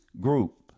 group